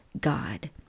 God